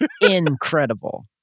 incredible